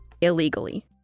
illegally